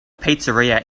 pizzeria